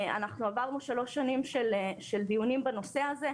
אנחנו עברנו שלוש שנים של דיונים בנושא הזה.